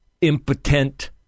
impotent